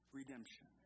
redemption